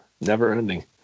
never-ending